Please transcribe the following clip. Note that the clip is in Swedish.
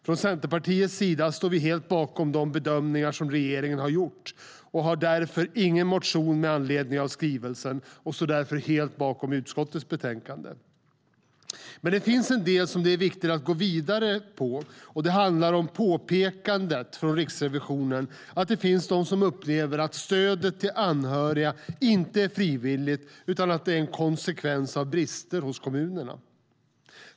Från Centerpartiets sida står vi helt bakom de bedömningar som regeringen har gjort och har därför ingen motion med anledning av skrivelsen. Vi står helt bakom utskottets förslag i betänkandet. Det finns en del där det är viktigt att gå vidare. Det handlar om Riksrevisionens påpekande att det finns de som upplever att stödet till anhöriga inte är frivilligt utan att det är en konsekvens av brister hos kommunerna.